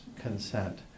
consent